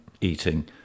eating